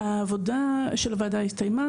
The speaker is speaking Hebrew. העבודה של הוועדה הסתיימה,